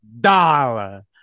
dollar